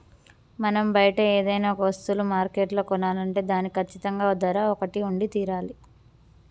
మనం బయట ఏదైనా ఒక వస్తువులు మార్కెట్లో కొనాలంటే దానికి కచ్చితంగా ఓ ధర ఒకటి ఉండి తీరాలి